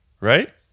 right